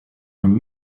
from